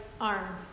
arm